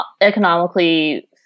economically